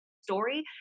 story